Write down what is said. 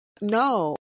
no